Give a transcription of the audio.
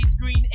green